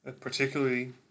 Particularly